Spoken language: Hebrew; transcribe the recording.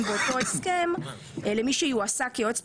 ובלבד שביום החתימה על ההסכם האמור הוא הועסק כיועץ פרלמנטרי.